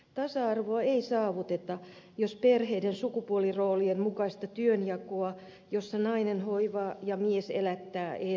tasa arvoa ei saavuteta jos perheiden sukupuoliroolien mukaista työnjakoa jossa nainen hoivaa ja mies elättää ei romuteta